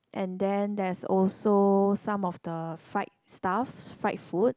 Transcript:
and then there's also some of the fried stuff fried food